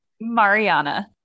mariana